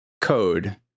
code